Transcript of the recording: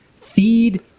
feed